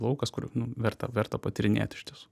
laukas kur nu verta verta patyrinėt iš tiesų